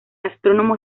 astrónomo